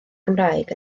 gymraeg